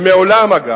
שמעולם, אגב,